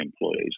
employees